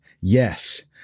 Yes